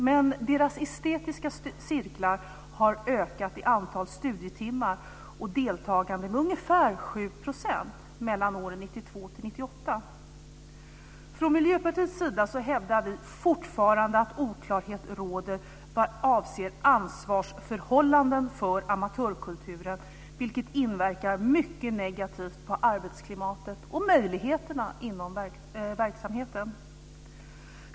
Men deras estetiska cirklar har ökat i antal studietimmar och deltagare med ungefär 7 % mellan åren 1992 och 1998. Vi i Miljöpartiet hävdar fortfarande att oklarhet råder vad avser ansvarsförhållanden för amatörkulturen, vilket inverkar mycket negativt på arbetsklimatet och möjligheterna inom verksamheten.